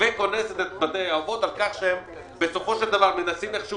קונסת את בתי האבות על כך שהם מנסים איכשהו